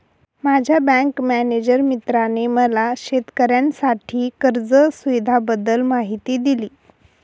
माझ्या bank manager मित्राने मला शेतकऱ्यांसाठी कर्ज सुविधांबद्दल माहिती दिली